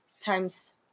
times